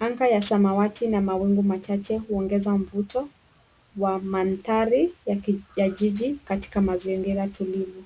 Anga ya samawati na mawingu machache huongeza mvuto wa mandhari ya jiji katika mazingira tulivu.